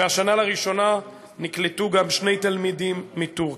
והשנה לראשונה נקלטו גם שני תלמידים מטורקיה.